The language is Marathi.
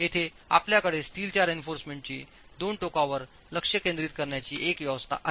येथे आपल्याकडे स्टीलच्या रेइन्फॉर्समेंटची दोन टोकांवर लक्ष केंद्रित करण्याची एक व्यवस्था आहे